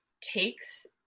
takes